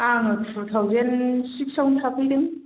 आङो two thousand six आवनो थाफैदों